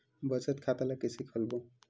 बचत खता ल कइसे खोलबों?